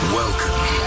welcome